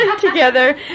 together